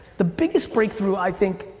the biggest breakthrough, i think,